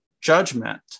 judgment